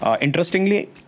interestingly